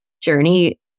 journey